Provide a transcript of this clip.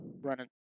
running